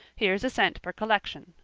here's a cent for collection.